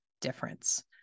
difference